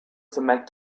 cement